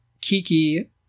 kiki